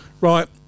Right